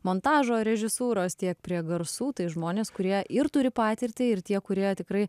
montažo režisūros tiek prie garsų tai žmonės kurie ir turi patirtį ir tie kurie tikrai